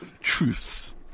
truths